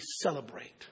celebrate